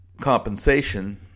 compensation